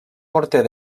morter